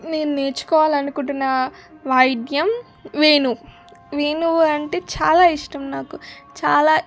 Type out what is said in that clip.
నేను నేర్చుకోవాలి అనుకుంటున్న వాయిద్యం వేణువు వేణువు అంటే చాలా ఇష్టం నాకు చాలా